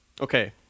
Okay